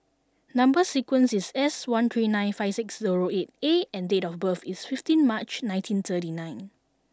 number sequence is S one three nine five six zero eight A and date of birth is fifteen March nineteen thirty nine